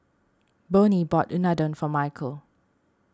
Bonnie bought Unadon for Mykel